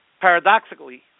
Paradoxically